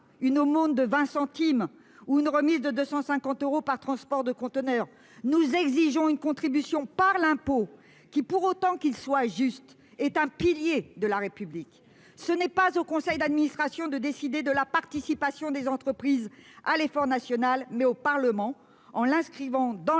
une aumône de 20 centimes ou une remise de 250 euros par transport de containers. Nous exigeons une contribution par l'impôt, qui, pour autant qu'il soit juste, est un pilier de la République ! C'est non pas aux conseils d'administration qu'il revient de décider de la participation des entreprises à l'effort national, mais au Parlement, en inscrivant